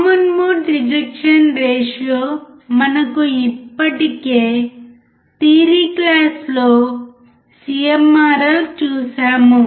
common mode rejection ratio మనము ఇప్పటికే theory క్లాస్లో CMRR చూశాము